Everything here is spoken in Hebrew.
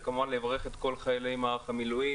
וכמובן לברך את כל חיילי מערך המילואים.